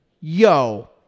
yo